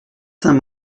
saint